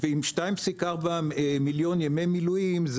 2,4 מיליון ימי מילואים,